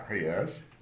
Yes